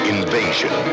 Invasion